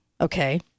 Okay